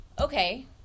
okay